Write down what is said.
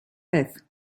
beth